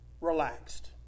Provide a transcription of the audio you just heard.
relaxed